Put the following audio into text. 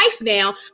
now